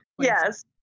Yes